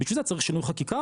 בשביל זה צריך שינוי חקיקה,